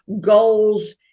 goals